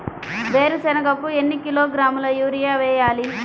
వేరుశనగకు ఎన్ని కిలోగ్రాముల యూరియా వేయాలి?